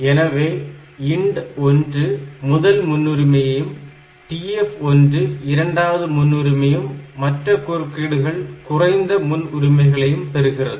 எனவே INT1 முதல் முன்னுரிமையும் TF1 இரண்டாவது முன்னுரிமையும் மற்ற குறுக்கீடுகள் குறைந்த முன் உரிமைகளையும் பெறுகிறது